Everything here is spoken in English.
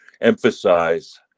emphasize